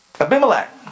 Abimelech